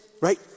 right